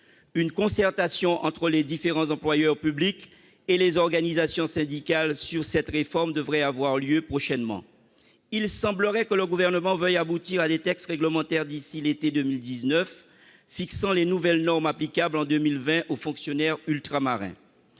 Une concertation entre les différents employeurs publics et les organisations syndicales sur cette réforme devrait avoir lieu prochainement. Il semblerait que le Gouvernement veuille aboutir, d'ici à l'été 2019, à des textes réglementaires fixant les nouvelles normes applicables en 2020 aux fonctionnaires ultramarins.